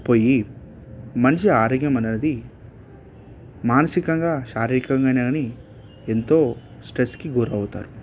పోయి మనిషి ఆరోగ్యం అనేది మానసికంగా శారీరకంగా కానీ ఎంతో స్ట్రెస్కి గురవుతారు